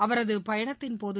அவரது பயணத்தின் போது